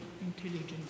intelligence